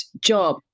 job